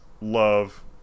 love